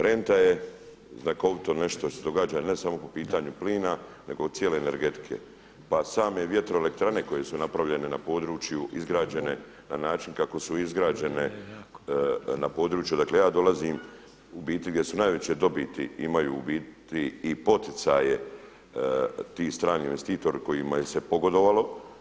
Renta je znakovito nešto što se događa ne samo po pitanju plina nego cijele energetike, pa same vjetroelektrane koje su napravljene na području izgrađene na način kako su izgrađene na području, dakle ja dolazim u biti gdje su najveće dobiti, imaju ubiti i poticaje ti strani investitori kojima se pogodovalo.